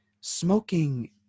Smoking